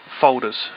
folders